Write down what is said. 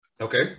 Okay